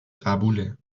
قبوله